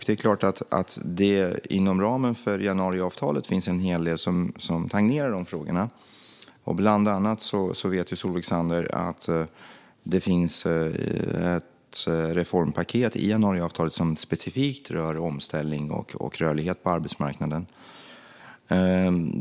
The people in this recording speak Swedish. Det är klart att det inom ramen för januariavtalet finns en hel del som tangerar de frågorna. Bland annat vet Solveig Zander att det finns ett reformpaket i januariavtalet som specifikt rör omställning och rörlighet på arbetsmarknaden.